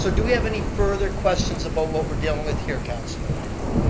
so do you have any further questions about what we're dealing with here, councilor? yes.